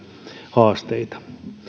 haasteita